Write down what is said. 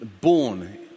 born